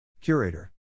Curator